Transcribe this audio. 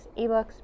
ebooks